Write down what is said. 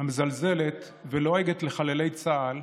המזלזלת ולועגת לחללי צה"ל,